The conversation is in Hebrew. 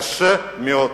קשה מאוד.